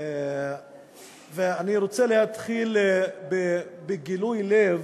אני רוצה להתחיל בגילוי לב.